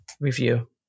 review